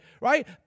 Right